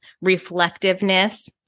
reflectiveness